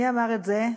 מי אמר את זה?